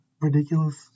ridiculous